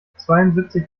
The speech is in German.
zweiundsiebzig